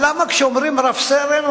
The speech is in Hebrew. למה כשאומרים רב-סרן,